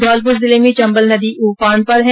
धौलपुर जिले में चम्बल नदी उफान पर है